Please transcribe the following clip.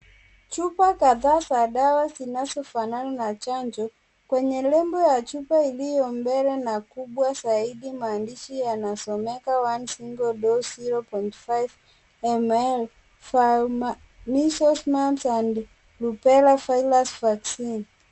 Chupa kadhaa za dawa zinazofanana na chanjo kwenye lebo ya chupa iliyo mbele na kubwa zaidi maandishi yanasomeka one single dose 0.5 ML vial measles, mumps and rubella virus vaccine .